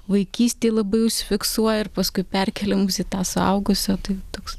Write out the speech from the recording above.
vaikystėj labai užsifiksuoja ir paskui perkelia mus į tą suaugusio tai toks